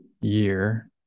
year